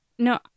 No